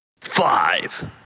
five